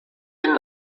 den